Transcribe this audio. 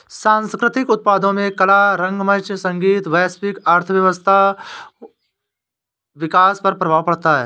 सांस्कृतिक उत्पादों में कला रंगमंच संगीत वैश्विक अर्थव्यवस्थाओं विकास पर प्रभाव पड़ता है